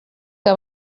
que